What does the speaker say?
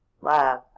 love